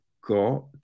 got